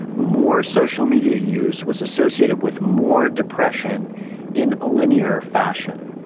more social media use was associated with more depression in a linear fashion.